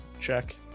check